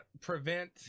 prevent